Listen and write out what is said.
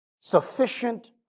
Sufficient